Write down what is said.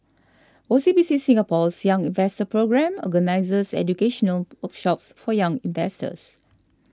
O C B C Singapore's Young Invest Programme organizes educational workshops for young investors